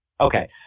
Okay